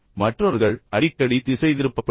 மற்றவர்கள் அடிக்கடி திசைதிருப்பப்படுகிறார்கள்